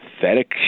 pathetic